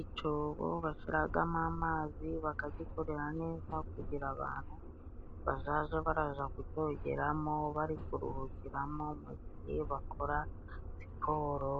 Icobo bashiragamo amazi bakagikorera neza, kugira abantu bazaje baraza kucogeramo bari kuruhukiramo, mu gihe bakora siporo